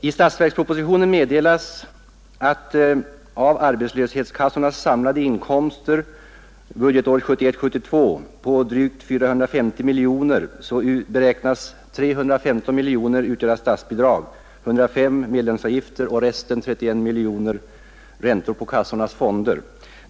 I statsverkspropositionen meddelas att av arbetslöshetskassornas samlade inkomster budgetåret 1971/72 på drygt 450 miljoner kronor beräknas 315 miljoner utgöra statsbidrag, 105 miljoner medlemsavgifter och resten, 31 miljoner, utgöra räntor på kassornas fonder.